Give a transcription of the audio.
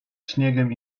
śniegiem